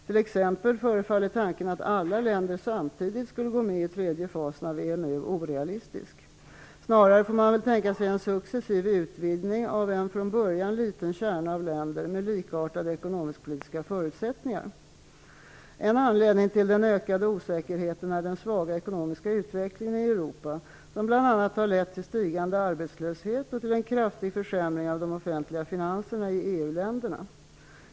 T.ex. förefaller tanken att alla länder samtidigt skulle gå med i tredje fasen av EMU orealistisk. Snarare får man tänka sig en successiv utvidgning av en från början liten kärna av länder med likartade ekonomiskpolitiska förutsättningar. En anledning till den ökade osäkerheten är den svaga ekonomiska utvecklingen i Europa som bl.a. har lett till stigande arbetslöshet och till en kraftig försämring av de offentliga finanserna i EU länderna.